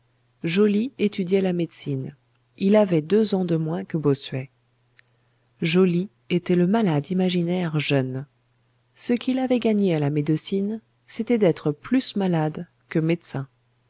joly étudiait la médecine il avait deux ans de moins que bossuet joly était le malade imaginaire jeune ce qu'il avait gagné à la médecine c'était d'être plus malade que médecin